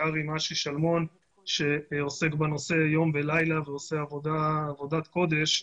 בעיקר אשי שלמון שעוסק בנושא יום ולילה ועושה עבודת קודש.